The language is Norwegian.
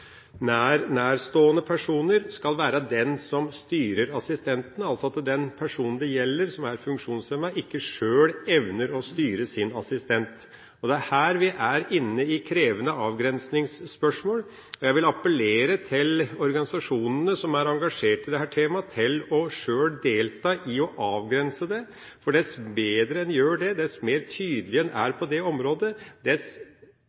nærstående personer skal kunne styre assistenten, dvs. når den personen det gjelder, og som er funksjonshemmet, ikke selv evner å styre sin assistent. Det er her vi er inne i krevende avgrensingsspørsmål. Jeg vil appellere til organisasjonene som er engasjert i dette temaet, til sjøl å delta i debatten om hvordan vi avgrenser det. For dess bedre en gjør det, og dess tydeligere en er